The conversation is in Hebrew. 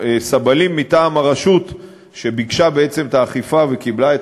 סבלים מטעם הרשות שביקשה את האכיפה וקיבלה את